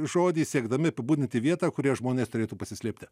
žodį siekdami apibūdinti vietą kurioje žmonės turėtų pasislėpti